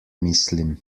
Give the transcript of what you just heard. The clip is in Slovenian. mislim